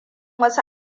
wasu